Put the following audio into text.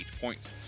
points